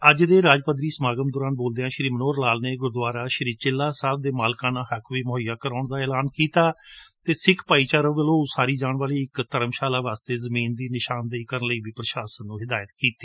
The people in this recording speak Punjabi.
ਅੱਜ ਦੇ ਰਾਜ ਪੱਧਰੀ ਸਮਾਗਮ ਦੌਰਾਨ ਬੋਲਦਿਆਂ ਸ਼੍ਰੀ ਮਨੋਹਰ ਲਾਲ ਨੇ ਗੁਰੂਦੁਆਰਾ ਚਿੱਲਾ ਸਾਹਿਬ ਦੇ ਮਾਲਿਕਾਨਾ ਹੱਕ ਵੀ ਮੁਹੱਈਆ ਕਰਵਾਉਣ ਦਾ ਐਲਾਨ ਕੀਤਾ ਅਤੇ ਸਿੱਖ ਭਾਈਚਾਰੇ ਵੱਲੋਂ ਉਸਾਰੀ ਜਾਣ ਵਾਲੀ ਇੱਕ ਧਰਮਸ਼ਾਲਾ ਵਾਸਤੇ ਜਮੀਨ ਦੀ ਨਿਸ਼ਾਨਦੇਹੀ ਕਰਣ ਲਈ ਵੀ ਪ੍ਰਸ਼ਾਸਨ ਨੂੰ ਹਿਦਾਇਤ ਕੀਤੀ